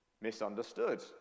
Misunderstood